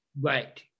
right